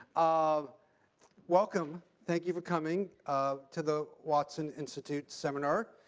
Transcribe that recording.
um welcome. thank you for coming um to the watson institute seminar.